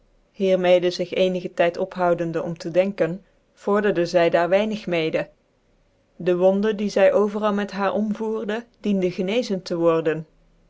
mede zig ccn ge tyd ophoudende om tc denken vorderde zy daar weinig mede de wonde die zy overal met haar omvoerde diende genezen te worden